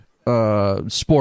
sport